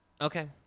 Okay